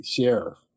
sheriff